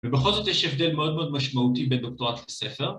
ובכל זאת יש הבדל מאוד מאוד משמעותי בין דוקטורט לספר.